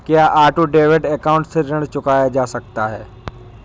क्या auto debit account से ऋण चुकाया जा सकता है?